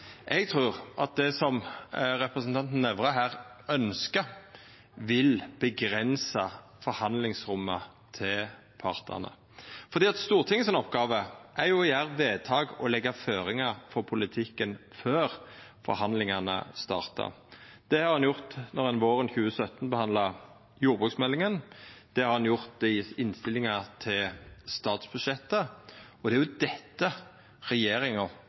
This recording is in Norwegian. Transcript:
vil avgrensa forhandlingsrommet til partane, for Stortinget si oppgåve er jo å gjera vedtak og leggja føringar for politikken før forhandlingane startar. Det gjorde ein då ein våren 2017 behandla jordbruksmeldinga, det har ein gjort i innstillinga til statsbudsjettet, og det er dette regjeringa